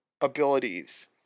abilities